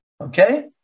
Okay